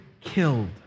killed